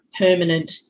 permanent